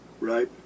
right